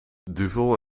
duvel